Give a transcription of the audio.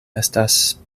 estas